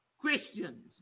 Christians